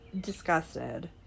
disgusted